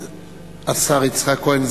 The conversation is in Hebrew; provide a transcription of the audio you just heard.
השר יצחק כהן,